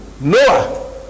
Noah